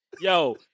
Yo